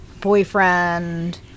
boyfriend